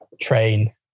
train